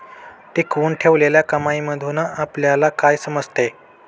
टिकवून ठेवलेल्या कमाईमधून आपल्याला काय समजते?